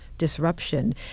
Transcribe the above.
Disruption